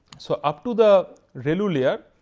so, up to the relu layer,